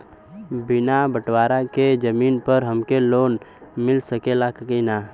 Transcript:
बिना बटवारा के जमीन पर हमके लोन मिल सकेला की ना?